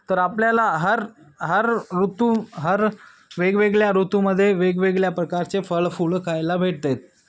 तर आपल्याला हर हर ऋतू हर वेगवेगळ्या ऋतूमध्ये वेगवेगळ्या प्रकारचे फळ फूल खायला भेटतात